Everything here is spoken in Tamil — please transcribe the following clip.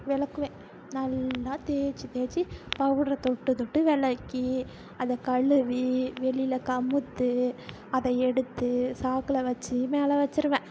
விளக்குவேன் நல்லா தேய்ச்சி தேய்ச்சி பவுட்ரை தொட்டு தொட்டு விளக்கி அதை கழுவி வெளியில் கமுத்து அதை எடுத்து சாக்கில் வச்சு மேலே வச்சுருவேன்